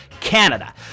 Canada